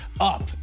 up